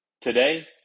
today